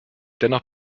dennoch